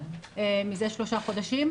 מזה שלושה חודשים.